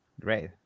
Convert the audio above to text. Great